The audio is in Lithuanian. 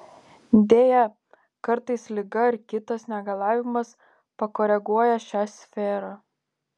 deja kartais liga ar kitas negalavimas pakoreguoja šią sferą